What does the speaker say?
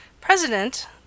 president